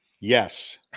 Yes